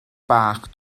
bach